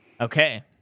Okay